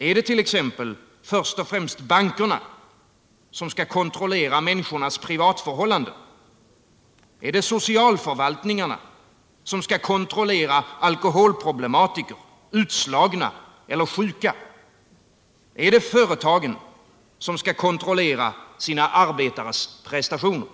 Är det t.ex. först och främst bankerna som skall kontrollera människornas privatförhållanden, är det socialförvaltningarna som skall kontrollera alkoholproblematiker, utslagna eller sjuka, är det företagen som skall kontrollera sina arbetares prestationer?